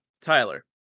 Tyler